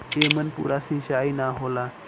एमन पूरा सींचाई ना होला